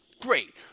great